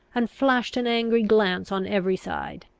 and flashed an angry glance on every side.